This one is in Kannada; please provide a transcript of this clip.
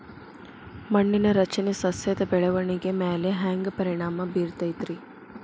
ಮಣ್ಣಿನ ರಚನೆ ಸಸ್ಯದ ಬೆಳವಣಿಗೆ ಮ್ಯಾಲೆ ಹ್ಯಾಂಗ್ ಪರಿಣಾಮ ಬೇರತೈತ್ರಿ?